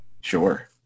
Sure